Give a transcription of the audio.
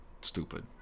Stupid